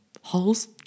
holes